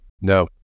No